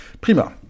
Prima